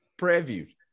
Preview